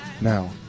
Now